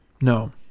No